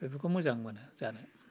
बेफोरखौ मोजां मोनो जानो